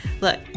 Look